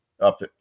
up